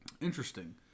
Interesting